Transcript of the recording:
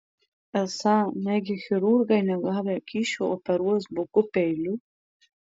esą negi chirurgai negavę kyšio operuos buku peiliu